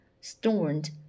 stormed